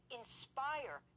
inspire